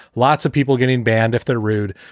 lots of people getting banned if they're rude.